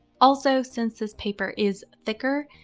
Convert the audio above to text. also, since this paper is thicker,